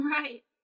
Right